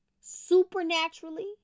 supernaturally